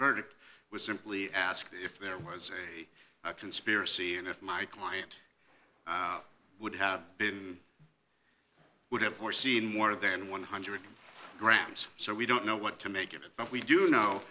verdict was simply asked if there was a conspiracy and if my client would have been would have foreseen more than one hundred grams so we don't know what to make of it but we do know